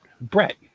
Brett